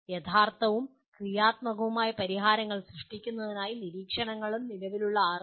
യഥാർത്ഥവും ക്രിയാത്മകവുമായ പരിഹാരങ്ങൾ സൃഷ്ടിക്കുന്നതിനായി നിരീക്ഷണങ്ങളും നിലവിലുള്ള അറിവും